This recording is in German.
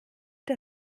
der